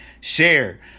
share